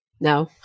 no